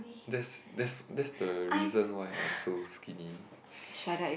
that's that's that's the reason why I am so skinny